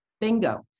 Bingo